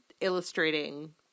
illustrating